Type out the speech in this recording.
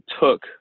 took